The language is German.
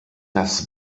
das